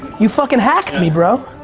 you fucking hacked me, bro.